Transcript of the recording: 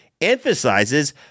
emphasizes